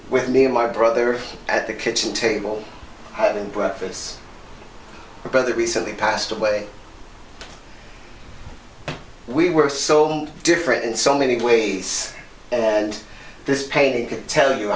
with me and my brother at the kitchen table having breakfast brother recently passed away we were so different in so many ways and this page could tell you